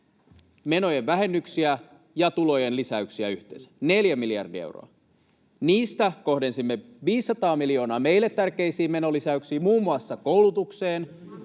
menojen vähennyksiä ja tulojen lisäyksiä yhteensä — neljä miljardia euroa. Niistä kohdensimme 500 miljoonaa meille tärkeisiin menolisäyksiin, muun muassa koulutukseen,